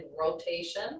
rotation